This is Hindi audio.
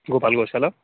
भोपाल गौशाला